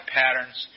patterns